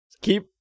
Keep